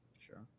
Sure